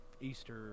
Easter